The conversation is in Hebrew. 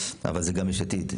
אבל זה גם של יש עתיד.